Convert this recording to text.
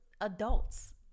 adults